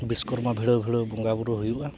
ᱵᱤᱥ ᱠᱚᱨᱢᱟ ᱵᱷᱤᱲᱟᱹᱣ ᱵᱷᱤᱲᱟᱹᱣ ᱵᱚᱸᱜᱟᱼᱵᱩᱨᱩ ᱦᱩᱭᱩᱜᱼᱟ